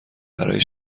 برای